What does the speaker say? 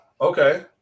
Okay